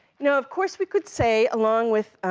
you know, of course we could say, along with